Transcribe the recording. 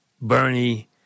Bernie